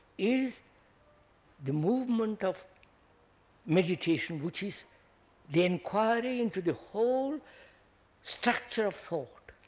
is the movement of meditation, which is the enquiry into the whole structure of thought.